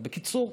בקיצור,